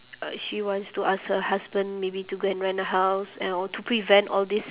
uh she wants to ask her husband maybe to go and rent a house and all to prevent all these